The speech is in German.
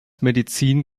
medizin